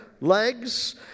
legs